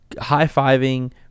high-fiving